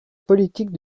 politique